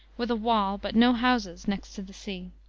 with a wall but no houses next the sea.